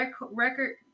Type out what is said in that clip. record